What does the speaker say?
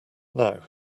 now